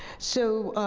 so,